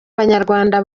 banyarwanda